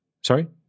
Sorry